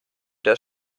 der